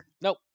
Nope